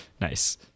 Nice